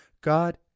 God